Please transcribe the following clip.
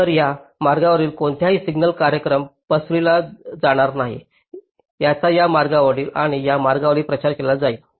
तर या मार्गावर कोणताही सिग्नल कार्यक्रम पसरविला जाणार नाही त्यांचा या मार्गावर आणि या मार्गावर प्रचार केला जाईल